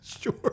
Sure